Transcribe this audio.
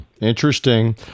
Interesting